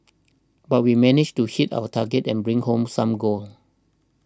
but we managed to hit our target and bring home some gold